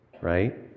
Right